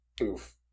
Oof